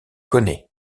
connaît